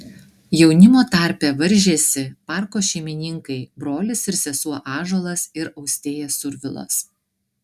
jaunimo tarpe varžėsi parko šeimininkai brolis ir sesuo ąžuolas ir austėja survilos